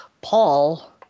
Paul